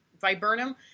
viburnum